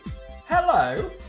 Hello